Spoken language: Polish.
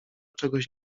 czegoś